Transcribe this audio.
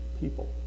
people